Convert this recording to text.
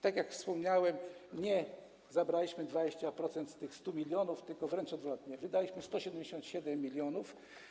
Tak jak wspomniałem, nie zabraliśmy 20% z tych 100 mln, a wręcz odwrotnie: wydaliśmy 177 mln.